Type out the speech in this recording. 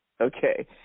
Okay